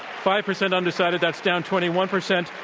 five percent undecided. that's down twenty one percent.